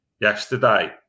yesterday